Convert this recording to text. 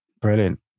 Brilliant